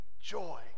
joy